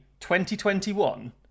2021